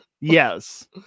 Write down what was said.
Yes